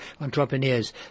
entrepreneurs